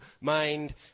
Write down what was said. mind